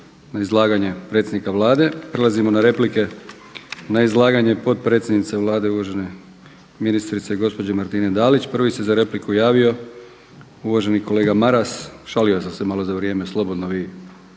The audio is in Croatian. uvaženi kolega Maras